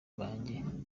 banjye